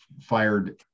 fired